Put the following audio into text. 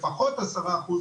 לפחות עשרה אחוז,